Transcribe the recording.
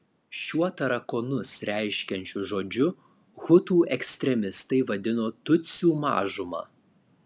šiuo tarakonus reiškiančiu žodžiu hutų ekstremistai vadino tutsių mažumą